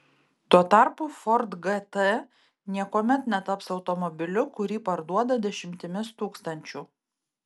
tuo tarpu ford gt niekuomet netaps automobiliu kurį parduoda dešimtimis tūkstančių